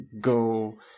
go